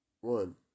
one